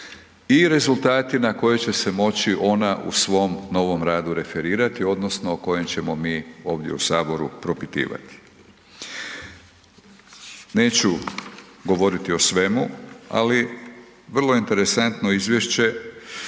i rezultati na koje će se moći ona u svom novom radu referirati odnosno o kojem ćemo mi ovdje u Saboru propitivati. Neću govoriti o svemu ali vrlo interesantno izvješće